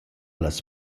las